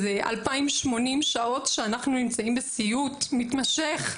זה אלפיים שמונים שעות שאנחנו נמצאים בסיוט מתמשך.